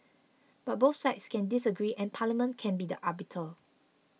but both sides can disagree and Parliament can be the arbiter